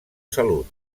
salut